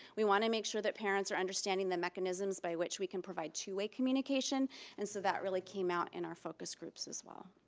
we want to make sure that parents are understanding the mechanisms by which we can provide two way communication and so that really came out in our focus groups as well.